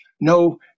no